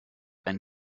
ein